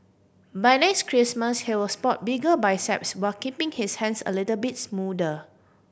by next Christmas he will spot bigger biceps while keeping his hands a little bit smoother